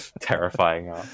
Terrifying